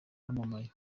wamamaye